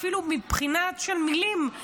אפילו מבחינת המילים,